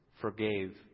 forgave